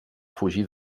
fugir